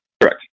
Correct